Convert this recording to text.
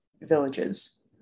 villages